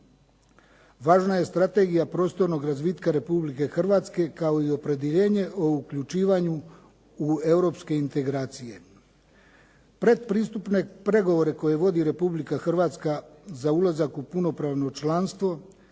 važna je Strategija prostornog razvitka Republike Hrvatske kao i opredjeljenje o uključivanju u europske integracije. Predpristupne pregovore koje vodi Republika Hrvatska za ulazak u punopravno članstvo